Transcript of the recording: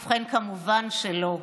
ובכן, כמובן שלא.